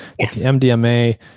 MDMA